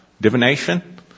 divination